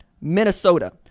Minnesota